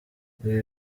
ibi